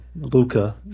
Luca